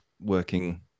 working